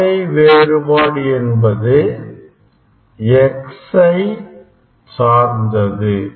பாதை வேறுபாடு என்பது x ஐசார்ந்தது